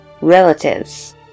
relatives